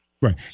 Right